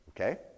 Okay